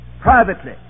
privately